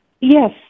Yes